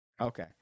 Okay